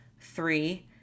Three